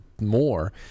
more